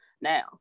now